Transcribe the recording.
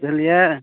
बुझलियै